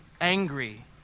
angry